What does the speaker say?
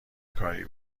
کاری